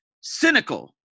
Cynical